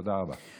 תודה רבה.